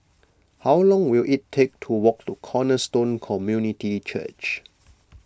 how long will it take to walk to Cornerstone Community Church